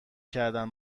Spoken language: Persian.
کردن